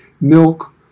milk